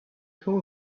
cool